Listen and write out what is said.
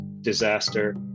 disaster